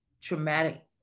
traumatic